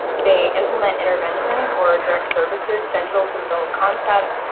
they implement interventions or direct services central to the bill's concept,